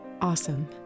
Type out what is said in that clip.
awesome